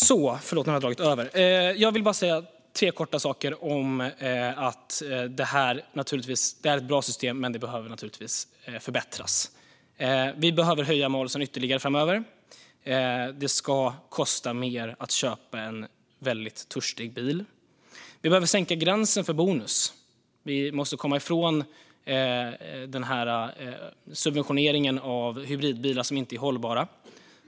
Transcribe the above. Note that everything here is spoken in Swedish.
Jag har dragit över talartiden men vill bara säga tre korta saker om att det här naturligtvis är ett bra system, men det behöver förbättras. Vi behöver höja malusdelen ytterligare framöver - det ska kosta mer att köpa en väldigt törstig bil. Vi behöver sänka gränsen för bonusdelen, för vi måste komma ifrån subventioneringen av hybridbilar som inte är hållbara.